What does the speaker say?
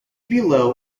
below